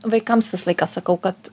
vaikams vis laiką sakau kad